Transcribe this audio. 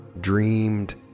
dreamed